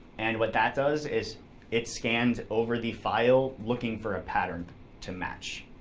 and what that does is it scans over the file looking for a pattern to match.